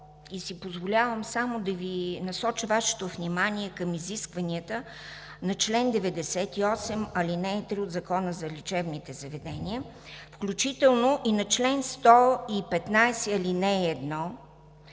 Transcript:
и си позволявам, да насоча Вашето внимание към изискванията на чл. 98, ал. 3 от Закона за лечебните заведения, включително и на чл. 115, ал. 1 и